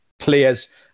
players